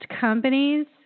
companies